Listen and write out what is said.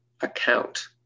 account